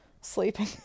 sleeping